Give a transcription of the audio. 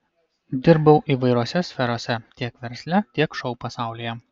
dirbau įvairiose sferose tiek versle tiek šou pasaulyje